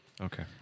Okay